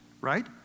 Right